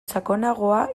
sakonagoa